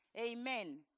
Amen